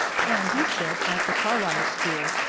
and he said at the carlisle school.